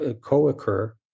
co-occur